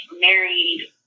married